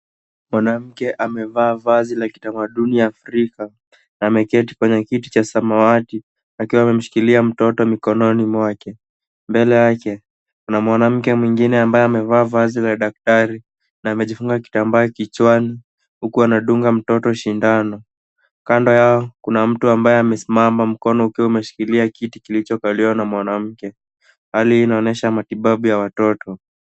Mwanamke amevaa vazi la kithamaduni la afrika ameketi kwenye kiti ya samawati akiwa ameshikilia mtoto mkononi mwake. Mbele yake na mwanamke mwingine ambaye amevaa vazi la daktari amejifunga kitambaa kichwani huku anadunga mtoto sidano kando yao kuna mtu ambaye amesimama mkono ukiwa umeshikilia kiti kilicho kalia na mwanamke, hali hii inaonyesha matibabu ya watoto.